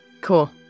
Cool